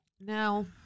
Now